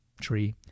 tree